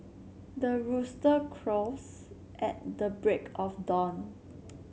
the rooster crows at the break of dawn